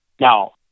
Now